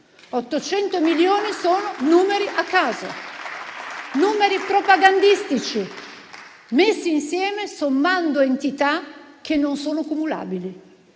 800 milioni sono numeri a caso, numeri propagandistici messi insieme sommando entità non cumulabili.